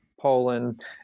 Poland